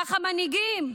ככה מנהיגים?